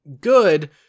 good